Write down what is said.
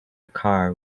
car